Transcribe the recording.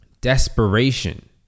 desperation